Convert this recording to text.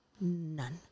none